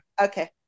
Okay